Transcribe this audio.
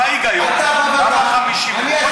רגע, חכה, אענה לך.